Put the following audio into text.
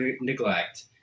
neglect